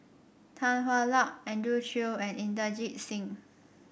Tan Hwa Luck Andrew Chew and Inderjit Singh